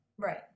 Right